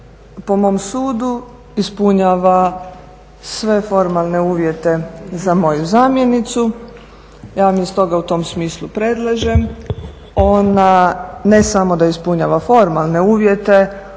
po mom sudu ispunjava sve formalne uvjete za moju zamjenicu, ja je iz toga u tom smislu predlažem. Ona ne samo da ispunjava formalne uvjete,